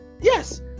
yes